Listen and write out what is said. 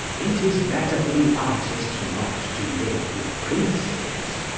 it is better for the artist not to live with princes.